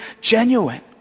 genuine